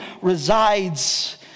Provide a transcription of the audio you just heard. resides